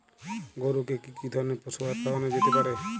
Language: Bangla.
গরু কে কি ধরনের পশু আহার খাওয়ানো যেতে পারে?